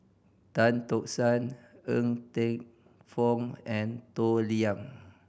Tan Tock San Ng Teng Fong and Toh Liying